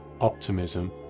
optimism